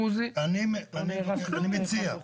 אני מציע,